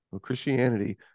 Christianity